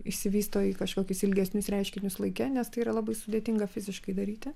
išsivysto į kažkokius ilgesnius reiškinius laike nes tai yra labai sudėtinga fiziškai daryti